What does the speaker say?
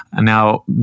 Now